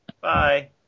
Bye